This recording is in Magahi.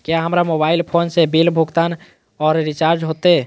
क्या हमारा मोबाइल फोन से बिल भुगतान और रिचार्ज होते?